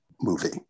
movie